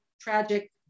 tragic